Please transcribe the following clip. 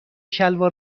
شلوار